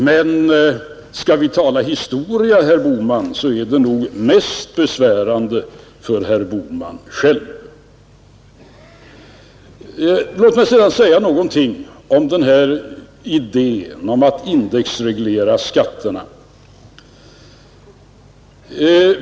Men skall vi tala historia, herr Bohman, så är det nog mest besvärande för herr Bohman själv. Låt mig sedan säga ytterligare några ord om den här idén att indexreglera skatterna.